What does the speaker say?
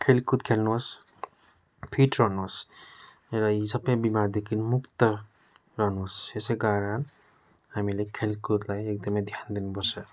खेलकुद खेल्नुहोस् फिट रहनुहोस् र यी सबै बिमारदेखि मुक्त रहनुहोस् यसै कारण हामीले खेलकुदलाई एकदमै ध्यान दिनुपर्छ